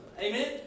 Amen